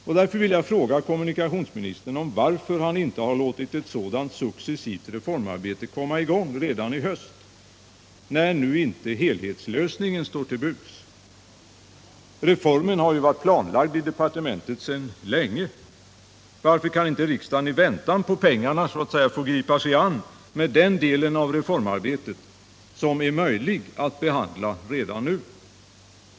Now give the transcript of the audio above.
Jag vill därför fråga kommunikationsministern varför han inte har låtit ett sådant successivt reformarbete komma i gång redan i höst, när nu inte helhetslösningen står till buds. Reformen har ju varit planlagd i departementet sedan länge. Varför kan då inte riksdagen i väntan på pengarna få gripa sig an med den del av reformarbetet som det är möjligt att behandla redan nu?